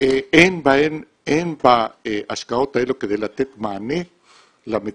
אין בהשקעות האלה כדי לתת מענה למצוקה